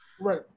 Right